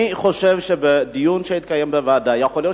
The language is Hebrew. אני חושב שבדיון שיתקיים בוועדה צריך